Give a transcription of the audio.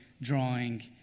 Drawing